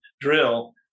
drill